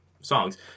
songs